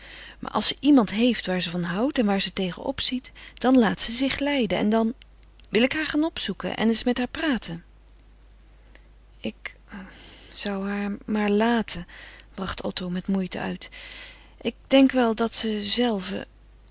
maar als ze iemand heeft waar ze van houdt en waar ze tegen opziet dan laat ze zich leiden en dan wil ik haar gaan opzoeken en eens met haar praten ik zou haar maar laten bracht otto met moeite uit ik denk wel dat ze zelve